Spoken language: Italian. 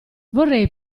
vorrei